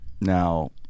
Now